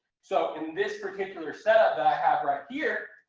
so in this particular setup that i have right here.